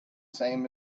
same